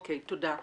תודה.